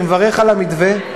אני מברך על המתווה.